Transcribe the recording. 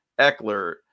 Eckler